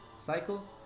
Cycle